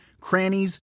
crannies